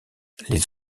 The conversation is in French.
les